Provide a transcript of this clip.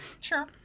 sure